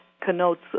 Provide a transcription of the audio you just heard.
connotes